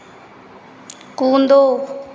कूदो